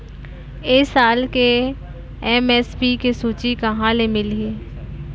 ए साल के एम.एस.पी के सूची कहाँ ले मिलही?